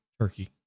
turkey